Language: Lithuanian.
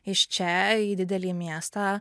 iš čia į didelį miestą